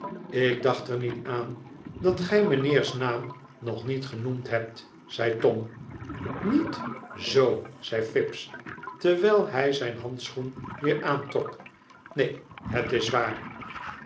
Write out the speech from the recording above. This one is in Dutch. ik dacht er niet aan dat gij mijnheer's naam nog niet genoemd hebt zei tom niet zoo zei fips terwijl hij zijn handschoen weer aantrok t neen het is waar